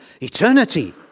eternity